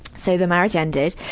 so, the marriage ended.